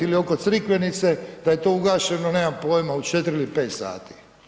Ili oko Crikvenice pa je to ugašeno nemam poima u 4 ili 5 sati.